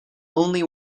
only